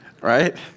Right